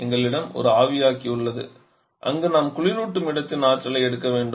எங்களிடம் ஒரு ஆவியாக்கி உள்ளது அங்கு நாம் குளிரூட்டும் இடத்தின் ஆற்றலை எடுக்க வேண்டும்